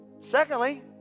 Secondly